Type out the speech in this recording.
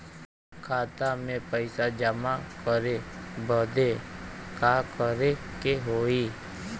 खाता मे पैसा जमा करे बदे का करे के होई?